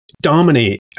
dominate